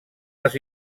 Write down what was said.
les